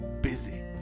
busy